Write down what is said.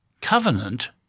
covenant